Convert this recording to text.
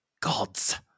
Gods